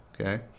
Okay